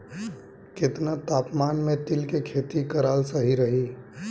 केतना तापमान मे तिल के खेती कराल सही रही?